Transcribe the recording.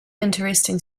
interesting